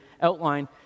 outline